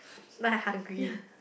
now I hungry